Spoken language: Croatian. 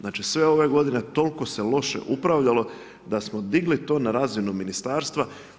Znači, sve ove godine, toliko se loše upravljalo da smo digli to na razinu ministarstva.